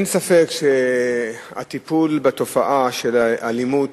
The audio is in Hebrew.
אין ספק שלטיפול בתופעה של אלימות,